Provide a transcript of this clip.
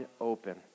open